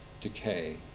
decay